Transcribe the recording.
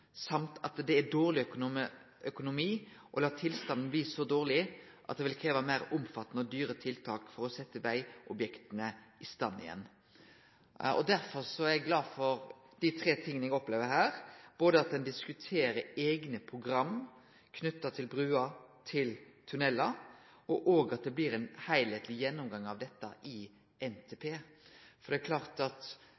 at det er dårleg økonomi å la tilstanden på vegane bli så dårleg at det vil krevje meir omfattande og dyrare tiltak for å setje dei i stand att. Derfor er eg glad for dei tre tinga eg opplever her: både at ein diskuterer eigne program knytte til bruer og tunnelar, og òg at det blir ein heilskapleg gjennomgang av dette i NTP.